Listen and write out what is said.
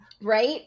Right